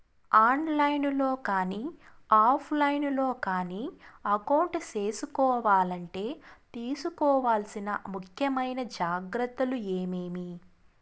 On line లో కానీ offline లో కానీ అకౌంట్ సేసుకోవాలంటే తీసుకోవాల్సిన ముఖ్యమైన జాగ్రత్తలు ఏమేమి?